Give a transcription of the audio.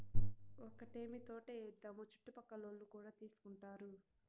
ఒక్కటేమీ తోటే ఏద్దాము చుట్టుపక్కలోల్లు కూడా తీసుకుంటారు